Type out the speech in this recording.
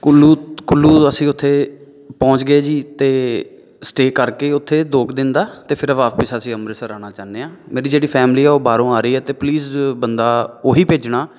ਕੁੱਲੂ ਕੁੱਲੂ ਅਸੀਂ ਉੱਥੇ ਪਹੁੰਚ ਗਏ ਜੀ ਅਤੇ ਸਟੇਅ ਕਰਕੇ ਉੱਥੇ ਦੋ ਕੁ ਦਿਨ ਦਾ ਅਤੇ ਫਿਰ ਵਾਪਸ ਅਸੀਂ ਅੰਮ੍ਰਿਤਸਰ ਆਉਣਾ ਚਾਹੁੰਦੇ ਹਾਂ ਮੇਰੀ ਜਿਹੜੀ ਫੈਮਿਲੀ ਆ ਉਹ ਬਾਹਰੋਂ ਆ ਰਹੀ ਅਤੇ ਪਲੀਜ਼ ਬੰਦਾ ਉਹ ਹੀ ਭੇਜਣਾ